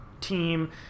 team